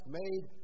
made